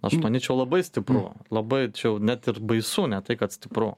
aš manyčiau labai stipru labai čia jau net ir baisu ne tai kad stipru